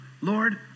Lord